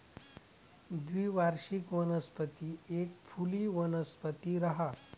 द्विवार्षिक वनस्पती एक फुली वनस्पती रहास